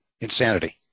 insanity